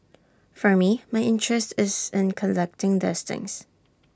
for me my interest is in collecting these things